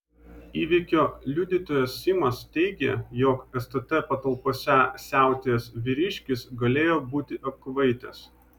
įvykio liudytojas simas teigė jog stt patalpose siautėjęs vyriškis galėjo būti apkvaitęs